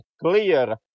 clear